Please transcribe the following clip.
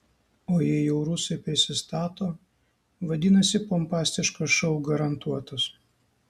o jei jau rusai prisistato vadinasi pompastiškas šou garantuotas